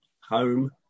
home